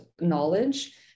knowledge